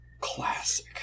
Classic